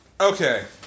Okay